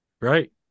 Right